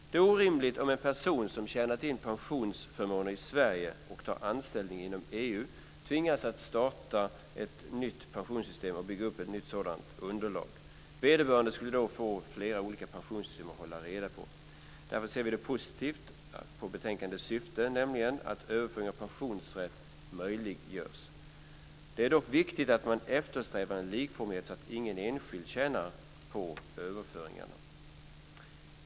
Det är orimligt att en person som tjänat in pensionsförmåner i Sverige och tar anställning inom EU tvingas att starta ett nytt pensionssystem och bygga upp ett nytt pensionsunderlag. Vederbörande skulle då få flera pensionssystem att hålla reda på. Därför ser vi positivt på betänkandets syfte, nämligen att överföring av pensionsrätt möjliggörs. Det är dock viktigt att man eftersträvar en likformighet så att ingen enskild tjänar på överföringarna.